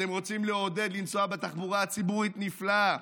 אתם רוצים לעודד לנסוע בתחבורה הציבורית, נפלא,